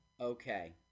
Okay